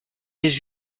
des